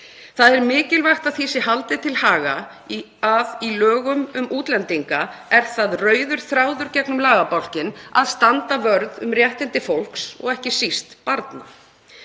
Það er mikilvægt að því sé haldið til haga að í lögum um útlendinga er það rauður þráður gegnum lagabálkinn að standa vörð um réttindi fólks og ekki síst barna.